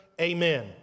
Amen